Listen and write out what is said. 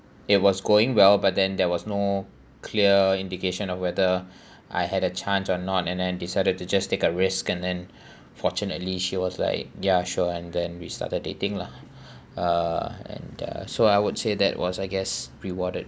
it was going well but then there was no clear indication of whether I had a chance or not and decided to just take a risk and then fortunately she was like ya sure and then we started dating lah uh and uh so I would say that was I guess rewarded